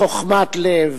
"חוכמת לב"